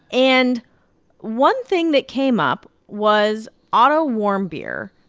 and one thing that came up was otto warmbier,